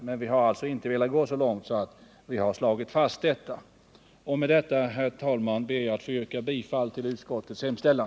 Men vi har alltså inte velat gå så långt att vi slagit fast datum. Med detta, herr talman, ber jag att få yrka bifall till utskottets hemställan.